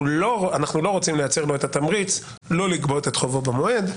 אנחנו לא רוצים לייצר לו את התמריץ לא לגבות את חובו במועד,